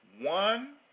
One